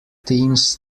teams